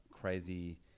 Crazy